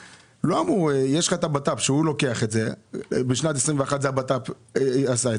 בשנת 2021 זה המשרד לביטחון פנים שלוקח את